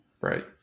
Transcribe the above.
Right